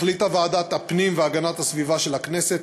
החליטה ועדת הפנים והגנת הסביבה של הכנסת